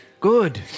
Good